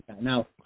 Now